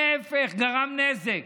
להפך, זה גרם נזק,